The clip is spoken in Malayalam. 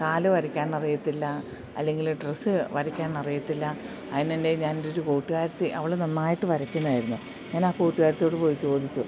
കാല് വരയ്ക്കാൻ അറിയത്തില്ല അല്ലെങ്കിൽ ഡ്രസ്സ് വരയ്ക്കാൻ അറിയത്തില്ല അതിന് എൻ്റെ ഞാൻ എൻ്റെ ഒരു കൂട്ടുകാരത്തി അവൾ നന്നായിട്ട് വരയ്ക്കുന്നതായിരുന്നു ഞാൻ ആ കൂട്ടുകാരത്തിയോട് പോയി ചോദിച്ചു